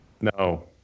No